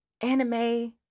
anime